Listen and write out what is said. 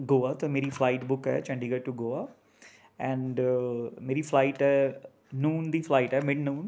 ਗੋਆ ਅਤੇ ਮੇਰੀ flight book ਹੈ ਚੰਡੀਗੜ੍ਹ ਟੂ ਗੋਆ ਐਂਡ ਮੇਰੀ ਫਲਾਈਟ ਹੈ ਨੂਨ ਦੀ ਫਲਾਈਟ ਹੈ ਮੈਨੂੰ